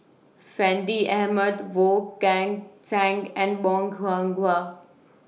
Fandi Ahmad Wong Kan Seng and Bong Hiong Hwa